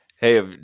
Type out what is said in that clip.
Hey